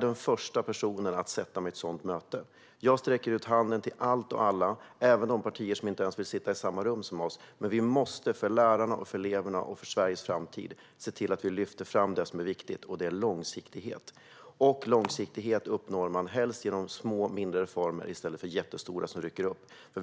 den första personen att sätta mig i ett sådant möte, Christer Nylander. Jag sträcker ut handen till allt och alla, även till de partier som inte ens vill sitta i samma rum som vi. För lärarna, eleverna och Sveriges framtid måste vi lyfta fram det som är viktigt, och det är långsiktighet. Och långsiktighet uppnår man bäst genom små reformer i stället för jättestora som rycker upp allt.